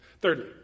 Thirdly